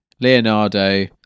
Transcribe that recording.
Leonardo